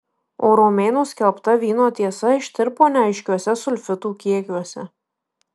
o romėnų skelbta vyno tiesa ištirpo neaiškiuose sulfitų kiekiuose